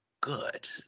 good